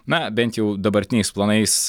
na bent jau dabartiniais planais